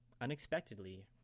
unexpectedly